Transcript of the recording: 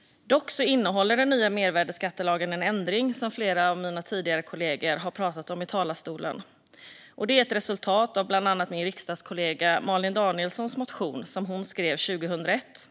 Som flera av mina kollegor redan nämnt innehåller den nya mervärdesskattelagen en ändring. Det är ett resultat av bland annat min riksdagskollega Malin Danielssons motion från 2021